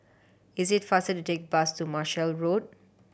it is faster to take the bus to Marshall Road